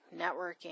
networking